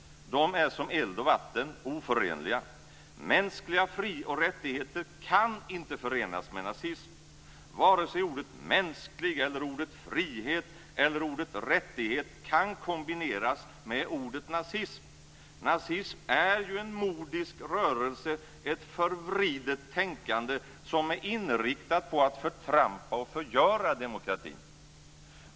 De är som eld och vatten: oförenliga. Mänskliga frioch rättigheter kan inte förenas med nazism. Varken ordet "mänsklig", ordet "frihet" eller ordet "rättighet" kan kombineras med ordet "nazism". Nazism är ju en mordisk rörelse, ett förvridet tänkande som är inriktat på att förtrampa och förgöra demokratin.